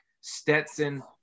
Stetson